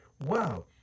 Wow